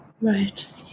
Right